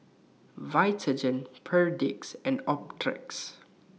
Vitagen Perdix and Optrex